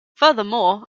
furthermore